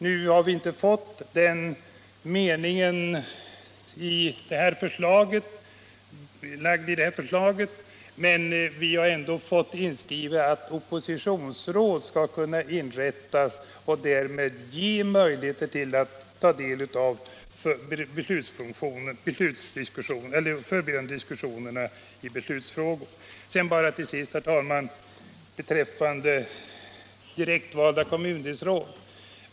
Nu har vi inte fått den meningen fastlagd i det här förslaget, men vi har ändå fått inskrivet att oppositionsråd skall kunna inrättas och därmed ge möjligheter att ta del av förberedande diskussioner i beslutsfrågor. Till sist bara något om direktvalda kommundelsråd.